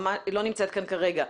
לא נמצאת כאן כרגע.